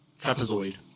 Trapezoid